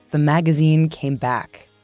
the magazine came back,